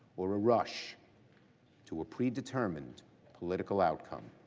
or a rush to a predetermined political outcome.